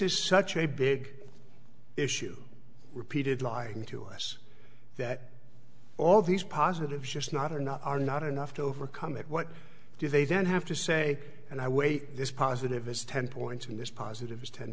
is such a big issue repeated lying to us that all these positives just not are not are not enough to overcome it what do they then have to say and i weigh this positive as ten points in this positives ten